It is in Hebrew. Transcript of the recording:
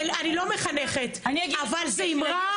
אני לא מחנכת, אבל זה אמרה.